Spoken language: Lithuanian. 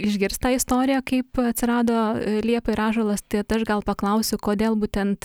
išgirs tą istoriją kaip atsirado liepa ir ąžuolas tai aš gal paklausiu kodėl būtent